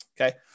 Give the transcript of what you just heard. Okay